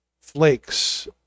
flakes